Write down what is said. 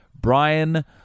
Brian